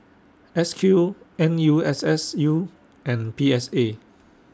S Q N U S S U and P S A